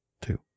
two